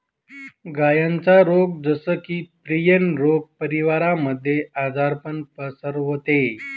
गायांचा रोग जस की, प्रियन रोग परिवारामध्ये आजारपण पसरवते